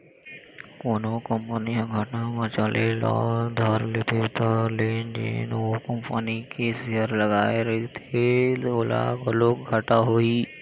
कोनो कंपनी ह घाटा म चले ल धर लेथे त ले जेन ओ कंपनी के सेयर लगाए रहिथे ओला घलोक घाटा होही